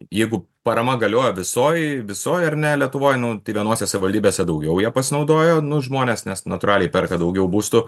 jeigu parama galioja visoj visoj ar ne lietuvoj nu tai vienose savivaldybėse daugiau ja pasinaudojo nu žmonės nes natūraliai perka daugiau būstų